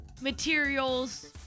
materials